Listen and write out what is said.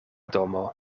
domo